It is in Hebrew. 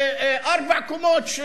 ארבע קומות,